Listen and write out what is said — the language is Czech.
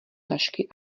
tašky